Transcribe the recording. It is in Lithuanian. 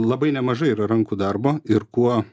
labai nemažai yra rankų darbo ir kuo